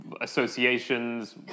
associations